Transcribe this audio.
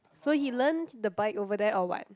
so he learnt the bike over there or what